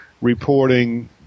reporting